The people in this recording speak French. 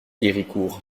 héricourt